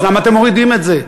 אז למה אתם מורידים את זה?